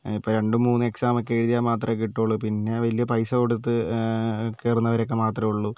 ഇപ്പോൾ രണ്ട് മൂന്ന് എക്സാമൊക്കെ എഴുതിയാൽ മാത്രമേ കിട്ടുള്ളൂ പിന്നെ വലിയ പൈസ കൊടുത്ത് കയറുന്നവരൊക്കെ മാത്രമേ ഉള്ളൂ